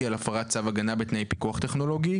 על הפרת צו הגנה בתנאי פיקוח טכנולוגי";